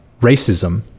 racism